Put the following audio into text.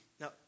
Now